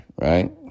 right